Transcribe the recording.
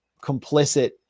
complicit